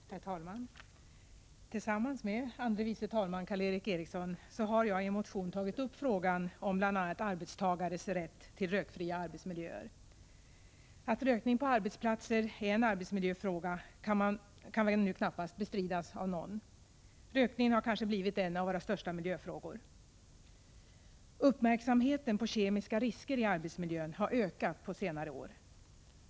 Herr talman! Tillsammans med andre vice talman Karl Erik Eriksson har jag i en motion tagit upp frågan om bl.a. arbetstagares rätt till rökfria arbetsmiljöer. Att rökning på arbetsplatser är en arbetsmiljöfråga kan väl nu knappast bestridas av någon. Rökningen har kanske blivit en av våra största miljöfrågor. Uppmärksamheten på kemiska risker i arbetsmiljön har ökat på senare år.